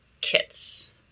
kits